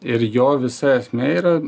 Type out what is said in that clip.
ir jo visa esmė yra